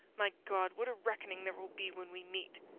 my god, what a reckoning there will be when we meet!